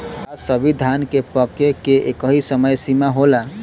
का सभी धान के पके के एकही समय सीमा होला?